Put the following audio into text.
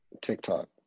TikTok